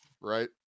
Right